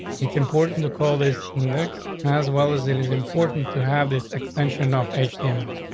it's important to call this next as well as it is important to have this extension of h t m l.